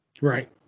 Right